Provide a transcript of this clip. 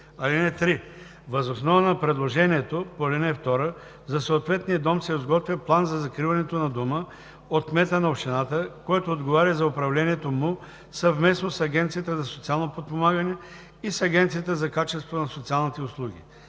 (3) Въз основа на предложението по ал. 2 за съответния дом се изготвя план за закриването на дома от кмета на общината, който отговаря за управлението му, съвместно с Агенцията за социално подпомагане и с Агенцията за качеството на социалните услуги.